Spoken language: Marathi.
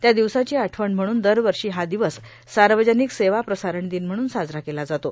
त्या दिवसाची आठवण म्हणून दरवर्षी हा दिवस सार्वजनिक सेवा प्रसारण दिन म्हणून साजरा केला जातो